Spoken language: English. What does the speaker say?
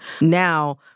Now